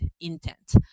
intent